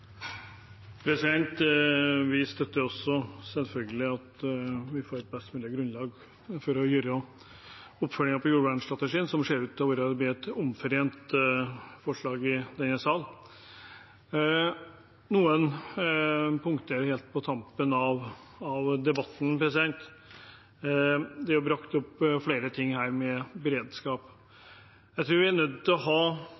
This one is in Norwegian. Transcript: Vi støtter selvfølgelig også at vi får et best mulig grunnlag for å følge opp jordvernstrategien, noe som ser ut til å bli et omforent forslag i denne sal. Noen punkter helt på tampen av debatten: Det er brakt opp flere ting her om beredskap. Jeg tror vi i hvert fall er nødt til å ha